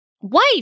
wife